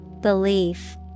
Belief